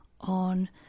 on